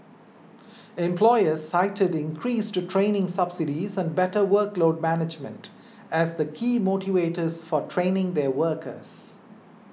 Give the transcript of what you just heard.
employers cited increased training subsidies and better workload management as the key motivators for training their workers